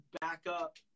backup